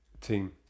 team